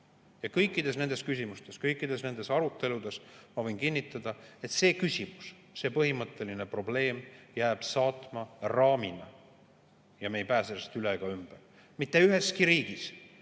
Ja kõikides nendes küsimustes, kõikides nendes aruteludes, ma võin kinnitada, et see küsimus, see põhimõtteline probleem jääb saatma raamina ja me ei pääse sellest üle ega ümber. Mitte üheski riigis